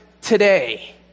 today